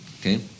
Okay